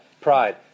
pride